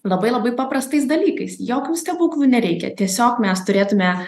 labai labai paprastais dalykais jokių stebuklų nereikia tiesiog mes turėtume